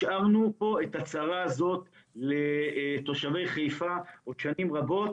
השארנו את הצרה הזאת לתושבי חיפה לעוד שנים רבות.